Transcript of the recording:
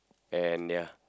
and ya